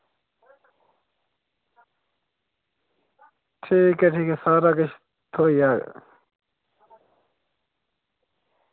ठीक ऐ ठीक ऐ सारा किश थ्होई जाह्ग